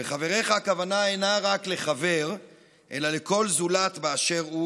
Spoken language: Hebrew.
ו"חברך" הכוונה איננה רק לחבר אלא לכל זולת באשר הוא,